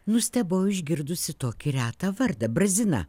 nustebau išgirdusi tokį retą vardą brazina